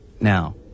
now